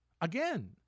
Again